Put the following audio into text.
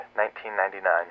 1999